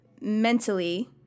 mentally